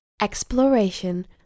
Exploration